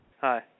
Hi